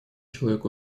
человек